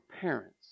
parents